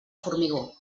formigó